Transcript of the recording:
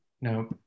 No